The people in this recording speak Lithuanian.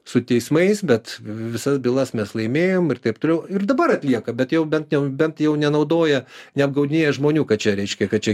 su teismais bet visas bylas mes laimėjom ir taip toliau ir dabar atlieka bet jau bent ten bent jau nenaudoja neapgaudinėja žmonių kad čia reiškia kad čia